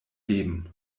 geben